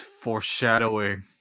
Foreshadowing